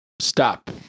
stop